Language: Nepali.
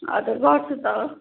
हजुर गर्छु त